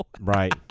Right